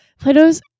Plato's